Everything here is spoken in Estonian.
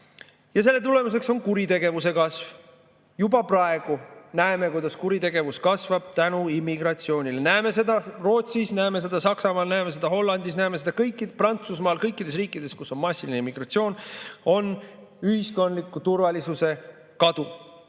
Ja selle tulemuseks on kuritegevuse kasv. Juba praegu näeme, kuidas kuritegevus kasvab tänu immigratsioonile. Näeme seda Rootsis, näeme seda Saksamaal, näeme seda Hollandis, näeme seda Prantsusmaal. Kõikides riikides, kus on massiline immigratsioon, on ühiskondliku turvalisuse kadu.